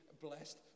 blessed